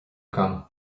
agam